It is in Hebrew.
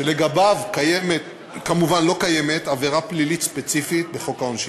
שלגביו כמובן לא קיימת עבירה פלילית ספציפית בחוק עונשין.